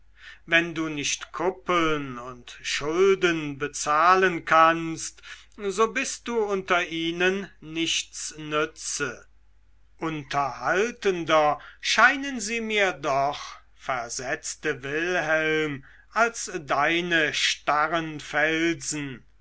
wenn du nicht kuppeln und schulden bezahlen kannst so bist du unter ihnen nichts nütze unterhaltender scheinen sie mir doch versetzte wilhelm als deine starren felsen